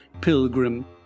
Pilgrim